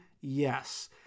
Yes